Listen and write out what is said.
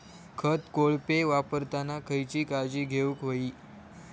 खत कोळपे वापरताना खयची काळजी घेऊक व्हयी?